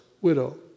widow